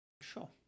Sure